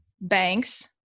banks